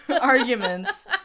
arguments